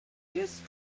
just